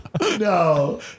No